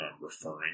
referring